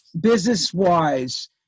Business-wise